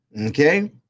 Okay